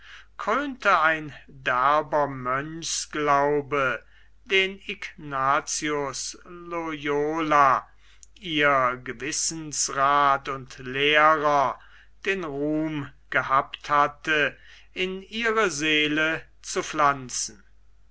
krönte ein derber mönchsglaube den ignatius loyola ihr gewissensrath und lehrer den ruhm gehabt hatte in ihre seele zu pflanzen